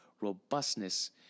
robustness